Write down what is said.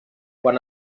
quan